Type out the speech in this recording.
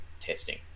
testing